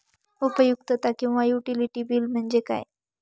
उपयुक्तता किंवा utility bill म्हणजे काय?